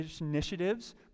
initiatives